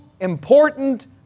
important